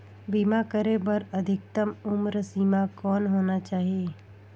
बीमा करे बर अधिकतम उम्र सीमा कौन होना चाही?